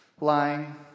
Lying